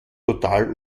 total